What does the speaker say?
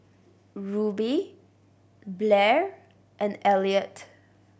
Rube Blair and Elliott